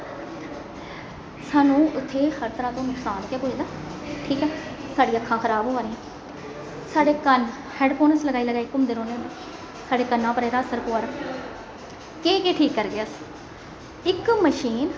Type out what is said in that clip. सानूं उत्थे हर तरह तू नकसान गै पुजदा ठीक ऐ साढ़ी अक्खां खराब होआ दियां साढ़े कन्न हेडफोन अस लगाई लगाई अस घूमदे रौहन्ने साढ़े कन्नै उप्पर एहदा असर पवा दा केह् केह् ठीक करगे अस इक मशीन